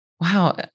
wow